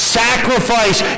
sacrifice